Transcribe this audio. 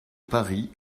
paris